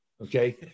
Okay